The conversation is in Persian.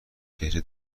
چهره